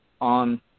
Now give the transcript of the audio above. on